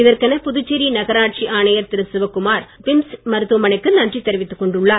இதற்கென புதுச்சேரி நகராட்சி ஆணையர் திரு சிவக்குமார் பிம்ஸ் மருத்துவமனைக்கு நன்றி தெரிவித்துக் கொண்டுள்ளார்